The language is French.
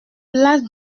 place